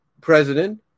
president